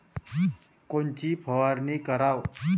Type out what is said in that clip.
कोनची फवारणी कराव?